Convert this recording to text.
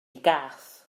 gath